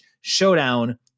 showdown